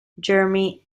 jeremy